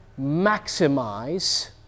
maximize